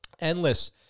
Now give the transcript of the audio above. endless